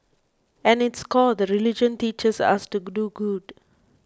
at its core the religion teaches us to do good